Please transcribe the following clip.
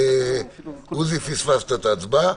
עוזי, פספסת את ההצבעה.